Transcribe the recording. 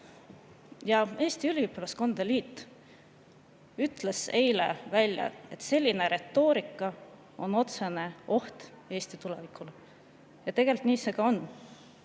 Eesti Üliõpilaskondade Liit ütles eile välja, et selline retoorika on otsene oht Eesti tulevikule. Tegelikult nii see ka on.